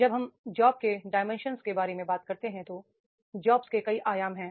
जब हम जॉब के डाइमेंशन के बारे में बात करते हैं तो जॉब्स के कई आयाम हैं